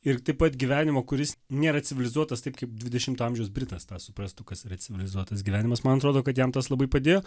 ir taip pat gyvenimo kuris nėra civilizuotas taip kaip dvidešimto amžiaus britas tą suprastų kas yra civilizuotas gyvenimas man atrodo kad jam tas labai padėjo